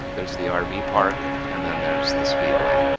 there's the ah rv park and then there's the speedway